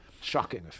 Shocking